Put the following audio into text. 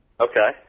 Okay